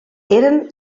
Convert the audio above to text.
eren